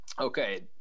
okay